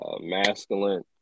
masculine